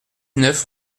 neuf